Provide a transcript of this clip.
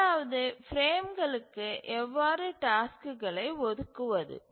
இரண்டாவது பிரேம்களுக்கு எவ்வாறு டாஸ்க்குகளை ஒதுக்குவது